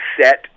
set